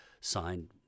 signed